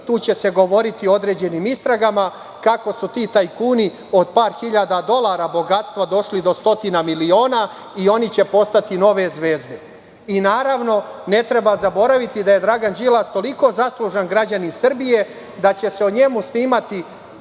Tu će se govoriti o određenim istragama kako su ti tajkuni od par hiljada dolara bogatstva došli do stotina miliona i oni će postati nove zvezde. Naravno, ne treba zaboraviti da je Dragan Đilas toliko zaslužan građanin Srbije da će se o njemu snimati